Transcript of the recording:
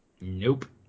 Nope